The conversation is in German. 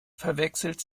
verwechselt